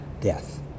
death